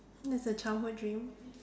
that's a childhood dream